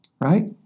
right